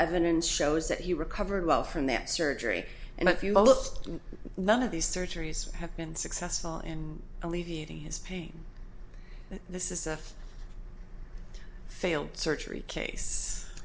evidence shows that he recovered well from that surgery and if you look to one of these surgeries have been successful in alleviating his pain this is a failed surgery case